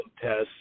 tests